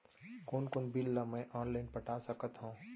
कोन कोन बिल ला मैं ऑनलाइन पटा सकत हव?